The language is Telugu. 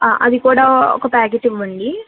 అది కూడా ఒక ప్యాకెట్ ఇవ్వండీ